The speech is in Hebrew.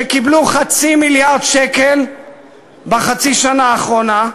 שקיבלו חצי מיליארד שקל בחצי שנה האחרונה.